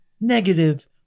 Negative